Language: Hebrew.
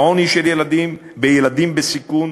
בעוני של ילדים, בילדים בסיכון,